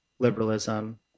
liberalism